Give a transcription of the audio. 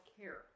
care